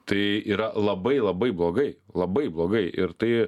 tai yra labai labai blogai labai blogai ir tai